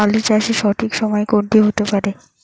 আলু চাষের সঠিক সময় কোন টি হতে পারে?